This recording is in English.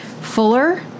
fuller